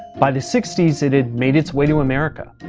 by the sixty s, it had made its way to america.